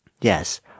yes